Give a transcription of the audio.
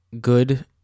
good